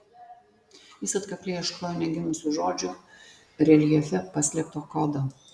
jis atkakliai ieškojo negimusių žodžių reljefe paslėpto kodo